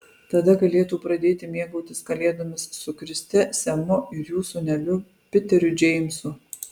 tada galėtų pradėti mėgautis kalėdomis su kriste semu ir jų sūneliu piteriu džeimsu